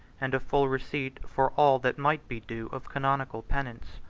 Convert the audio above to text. and a full receipt for all that might be due of canonical penance.